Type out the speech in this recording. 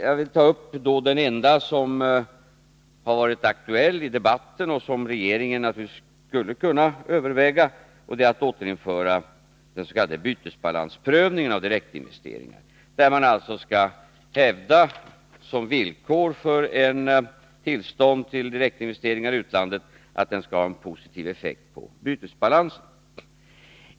Jag vill emellertid beröra den enda åtgärd som varit aktuell i debatten och som regeringen naturligtvis skulle kunna överväga, nämligen att återinföra den s.k. bytesbalansprövningen av direktinvesteringar, i vilken man som villkor för tillstånd att göra direktinvestering i utlandet ställer att denna skall ha en positiv effekt på bytesbalansen.